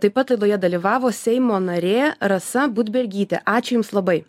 taip pat laidoje dalyvavo seimo narė rasa budbergytė ačiū jums labai